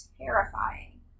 terrifying